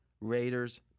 Raiders